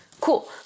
cool